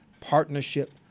partnership